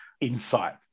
insight